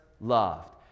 loved